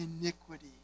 iniquity